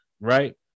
right